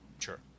Sure